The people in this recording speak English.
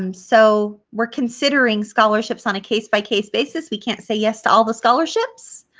um so we're considering scholarships on a case by case basis. we can't say yes to all the scholarships.